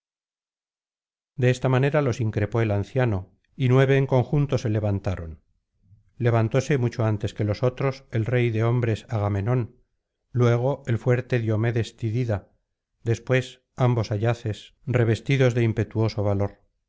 de esta manera los increpó el anciano y nueve en junto se levantaron levantóse mucho antes que los otros el rey de hombres agamenón luego el fuerte diomedes tidida después ambos ayaees revestidos de impetuoso valor